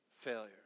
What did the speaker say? failure